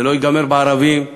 זה לא ייגמר בערבים,